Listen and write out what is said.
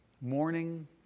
morning